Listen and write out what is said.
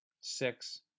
six